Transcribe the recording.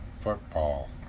football